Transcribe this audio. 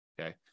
okay